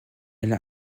elle